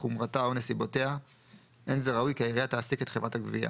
חומרתה או נסיבותיה אין זה ראוי כי העירייה תעסיק את חברת הגבייה,